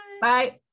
Bye